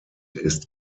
ist